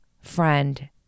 friend